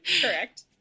Correct